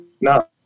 No